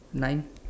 nine